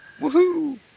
Woohoo